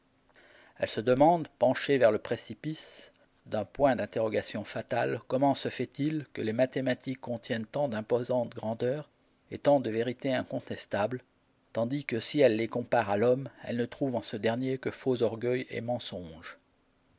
elle se demande penchée vers le précipice d'un point d'interrogation fatal comment se fait-il que les mathématiques contiennent tant d'imposante grandeur et tant de vérité incontestable tandis que si elle les compare à l'homme elle ne trouve en ce dernier que faux orgueil et mensonge